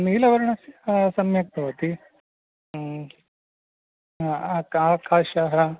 नीलवर्णस्य सम्यक् भवति आकाशः